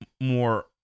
more